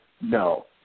No